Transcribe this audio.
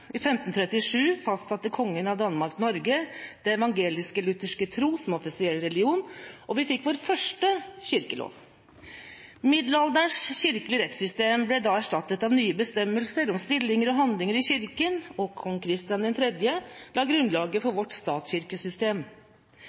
i landet. I 1537 fastsatte kongen av Danmark–Norge den evangelisk-lutherske tro som offisiell religion, og vi fikk vår første kirkelov. Middelalderens kirkelige rettssystem ble da erstattet av nye bestemmelser om stillinger og handlinger i Kirken, og kong Christian III la grunnlaget for vårt statskirkesystem.